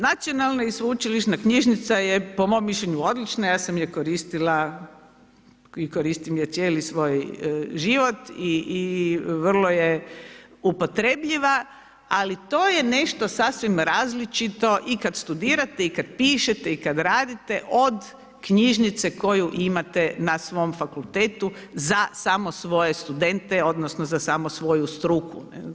Nacionalna i sveučilišna knjižnica, je po mom mišljenju odlična ja sam ju koristila i koristim ju cijeli svoj život i vrlo je upotrebljiva, ali to je nešto sasvim različito i kada studirate i kada radite od knjižnice koju imate na svom fakultetu za samo svoje studente, odnosno, za samo svoju struku.